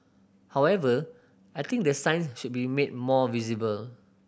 however I think the signs should be made more visible